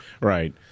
Right